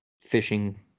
fishing